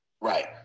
Right